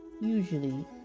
Usually